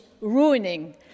ruining